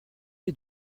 les